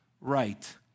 right